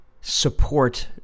support